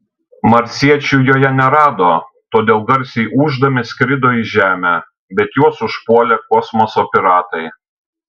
marsiečių joje nerado todėl garsiai ūždami skrido į žemę bet juos užpuolė kosmoso piratai